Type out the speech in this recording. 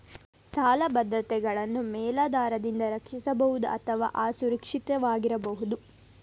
ಸಾಲ ಭದ್ರತೆಗಳನ್ನು ಮೇಲಾಧಾರದಿಂದ ರಕ್ಷಿಸಬಹುದು ಅಥವಾ ಅಸುರಕ್ಷಿತವಾಗಿರಬಹುದು